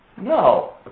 No